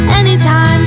anytime